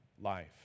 Life